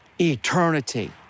eternity